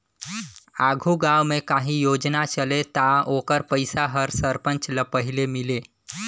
आघु गाँव में काहीं योजना चले ता ओकर पइसा हर सरपंच ल पहिले मिले